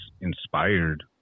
inspired